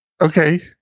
okay